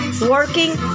working